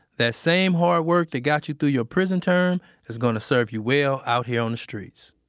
that same hard work that got you through your prison term is gonna serve you well out here on the streets